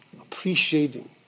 appreciating